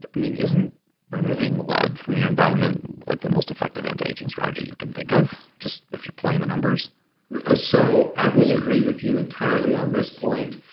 i mean, isn't removing lead from your environment like the most effective anti-aging strategy you can think of? just if you're playing the numbers ah so i will agree with you entirely on this point.